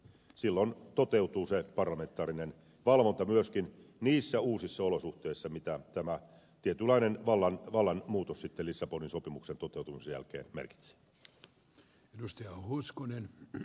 silloin toteutuu se parlamentaarinen valvonta myöskin niissä uusissa olosuhteissa mitä tämä tietynlainen vallan muutos sitten lissabonin sopimuksen toteutumisen jälkeen merkitsee